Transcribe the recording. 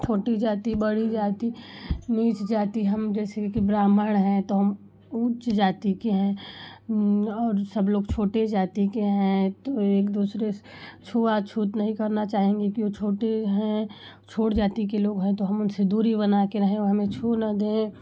छोटी जाति बड़ी जाति नीच जाति हम जैसे कि ब्राह्मण हैं तो हम उच्च जाति के हैं और सब लोग छोटे जाति के हैं तो एक दूसरे से छूआछूत नहीं करना चाहेंगे कि वो छोटे हैं छोटे जाति के लोग हैं तो हम उनसे दूरी बना के रहें हमें छू ना दे